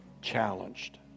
challenged